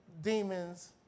demons